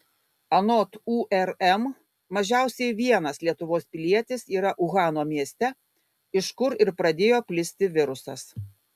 anot urm mažiausiai vienas lietuvos pilietis yra uhano mieste iš kur ir pradėjo plisti virusas